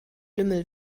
lümmel